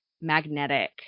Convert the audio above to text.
magnetic